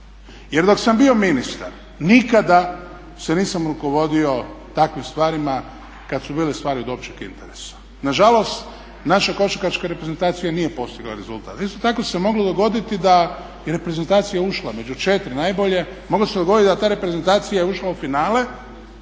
Jer dok sam bio ministar nikada se nisam rukovodio takvim stvarima kad su bile stvari od općeg interesa. Na žalost, naša košarkaška reprezentacija nije postigla rezultat. Isto tako se moglo dogoditi da je reprezentacija ušla među 4 najbolje, moglo se dogoditi da je ta reprezentacija ušla u finale